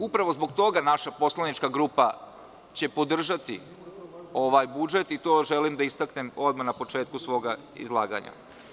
Upravo zbog toga naša poslanička grupa će podržati ovaj budžet i to želim da istaknem odmah na početku svog izlaganja.